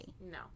No